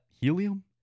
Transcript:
helium